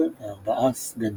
ו-24 סגנים.